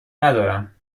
ندارم